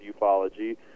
ufology